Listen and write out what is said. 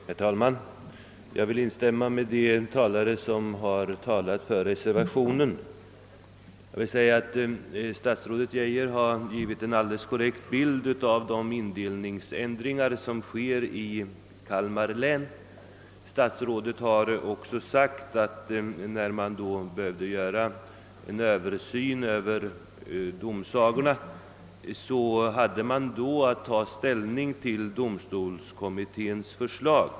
Herr talman! Jag vill instämma med de talare som har talat för reservationen. Statsrådet Geijer har givit en alldeles korrekt bild av de indelningsändringar som ägt rum i Kalmar län. Statsrådet har också sagt att man, när man behövde göra en Översyn över domsagorna, hade man då även att ta ställning till domstolskommitténs förslag.